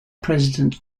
president